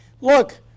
Look